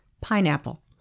Pineapple